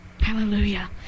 Hallelujah